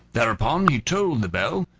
thereupon he tolled the bell,